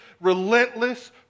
relentless